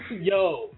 Yo